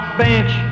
bench